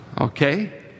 Okay